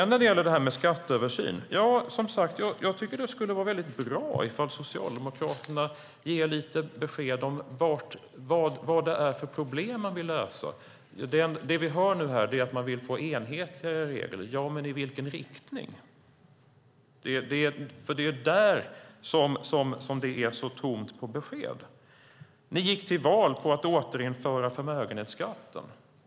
När det gäller det här med en skatteöversyn tycker jag som sagt att det skulle vara väldigt bra om Socialdemokraterna ger besked om vad det är för problem de vill lösa. Det vi nu hör här är att de vill få enhetligare regler - men i vilken riktning? Det är där som det är så tomt på besked. Ni gick till val på att återinföra förmögenhetsskatten.